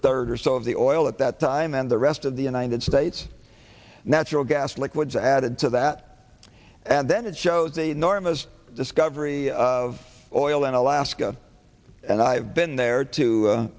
third or so of the oil at that time and the rest of the united states natural gas liquids added to that and then it shows the enormous discovery of oil in alaska and i've been there to